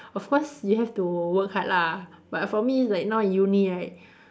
of course we have to work hard lah but for me it's like now in uni right